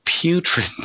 putrid